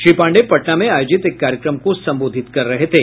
श्री पांडेय पटना में आयोजित एक कार्यक्रम को संबोधित कर रहे थे